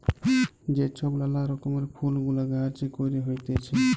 যে ছব লালা রকমের ফুল গুলা গাহাছে ক্যইরে হ্যইতেছে